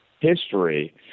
history